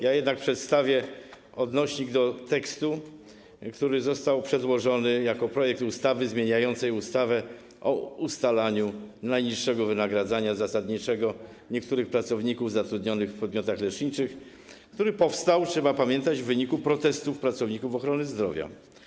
Ja jednak przedstawię odnośnik do tekstu, który został przedłożony jako projekt ustawy zmieniającej ustawę o ustalaniu najniższego wynagrodzenia zasadniczego niektórych pracowników zatrudnionych w podmiotach leczniczych, który powstał, trzeba pamiętać, w wyniku protestów pracowników ochrony zdrowia.